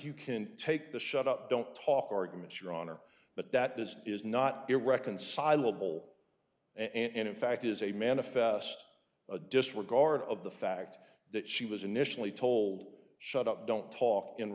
you can take the shut up don't talk argument your honor but that this is not direct inside will and in fact is a manifest a disregard of the fact that she was initially told shut up don't talk in